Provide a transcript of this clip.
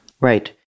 Right